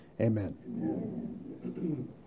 Amen